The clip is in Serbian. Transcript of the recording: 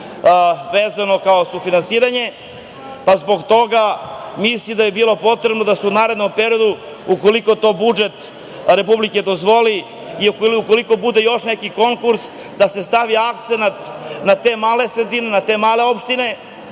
pomoć za sufinansiranje, pa zbog toga mislim da bi bilo potrebno da se u narednom periodu, ukoliko to budžet Republike dozvoli i ukoliko bude još neki konkurs, da se stavi akcenat na te male sredine, na te male opštine,